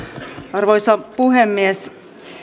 arvoisa puhemies